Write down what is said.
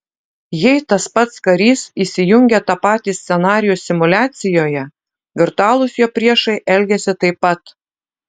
jei tas pats karys įsijungia tą patį scenarijų simuliacijoje virtualūs jo priešai elgiasi taip pat